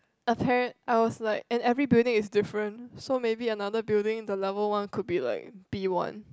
apparent I was like and every building is different so maybe another building the level one could be like B one